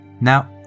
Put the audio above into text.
Now